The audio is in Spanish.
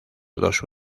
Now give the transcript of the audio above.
dos